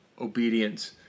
obedience